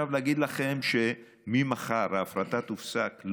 להגיד לכם שממחר ההפרטה תופסק?